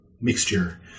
mixture